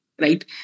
right